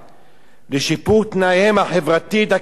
לשיפור תנאיהם החברתיים, הכלכליים,